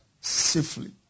safely